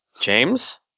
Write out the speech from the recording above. James